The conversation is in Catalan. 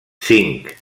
cinc